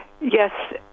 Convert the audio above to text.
Yes